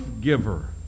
giver